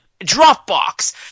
Dropbox